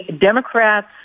Democrats